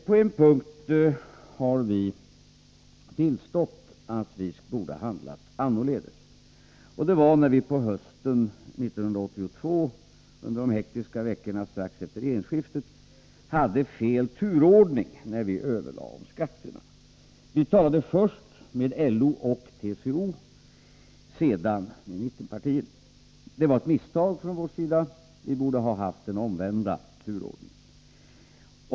På en punkt har vi tillstått att vi borde ha handlat annorledes. Det var när vi på hösten 1982, under de hektiska veckorna strax efter regeringsskiftet, hade fel turordning när vi överlade om skatterna. Vi talade först med LO och TCO, sedan med mittenpartierna. Det var ett misstag från vår sida; vi borde ha haft den omvända turordningen.